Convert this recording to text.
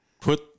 put